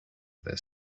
this